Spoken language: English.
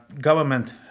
government